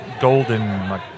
golden